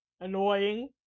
annoying